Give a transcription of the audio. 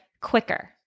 quicker